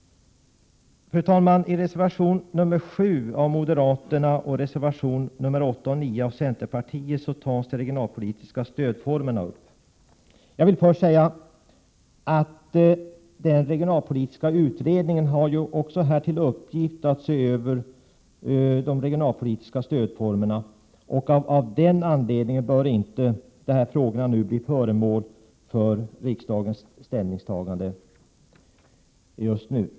Fru talman! I reservation 7 av moderaterna och i reservationerna 8 och 9 av centerpartiet tas de regionalpolitiska stödformerna upp. Jag vill först säga att den regionalpolitiska utredningen även har till uppgift att se över de regionalpoltiska stödformerna, och av den anledningen bör inte de här frågorna nu bli föremål för riksdagens ställningstagande. Fru talman!